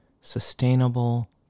sustainable